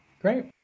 Great